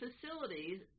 facilities